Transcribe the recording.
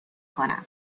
کنم